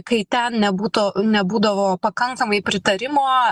kai ten nebūtų nebūdavo pakankamai pritarimo